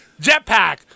Jetpack